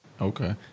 Okay